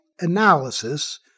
analysis